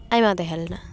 ᱟᱭᱢᱟ ᱛᱟᱦᱮᱸ ᱞᱮᱱᱟ